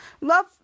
love